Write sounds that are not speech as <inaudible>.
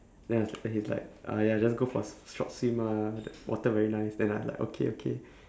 then I was like he was like uh ya just go for a s~ short swim ah the water very nice then I was like okay okay <breath>